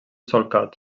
solcat